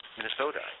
Minnesota